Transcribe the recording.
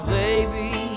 baby